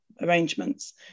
arrangements